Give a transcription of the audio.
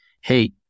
hey